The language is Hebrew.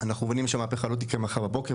זו מהפכה שלא תקרה מחר בבוקר,